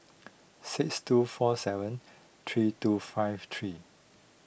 six two four seven three two five three